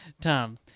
Tom